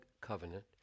covenant